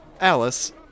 Alice